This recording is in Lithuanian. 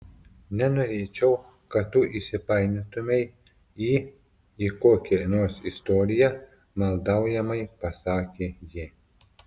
nenorėčiau kad tu įsipainiotumei į į kokią nors istoriją maldaujamai pasakė ji